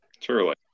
truly